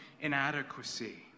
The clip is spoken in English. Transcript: inadequacy